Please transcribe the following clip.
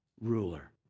ruler